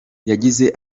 yagize